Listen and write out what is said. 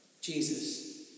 Jesus